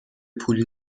پول